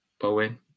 Bowen